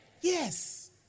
Yes